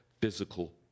physical